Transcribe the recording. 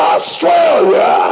Australia